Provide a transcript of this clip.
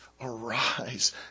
arise